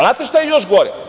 Znate šta je još gore?